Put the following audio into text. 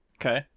Okay